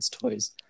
toys